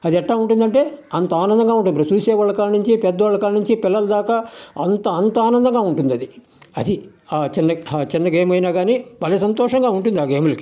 అది ఎట్టా ఉంటుందంటే అంత ఆనందంగా ఉంటుంది చూసేవాళ్ళ కాడినుంచి పెద్దోళ్ళ కాడినుంచి పిల్లల దాకా అంత అంత ఆనందంగా ఉంటుందది అది ఆ చిన్న చిన్న గేమ్ అయినా కానీ భలే సంతోషంగా ఉంటుంది ఆ గేములకి